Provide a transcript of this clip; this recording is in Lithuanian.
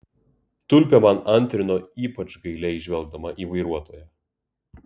tulpė man antrino ypač gailiai žvelgdama į vairuotoją